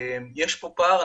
יש פה פער,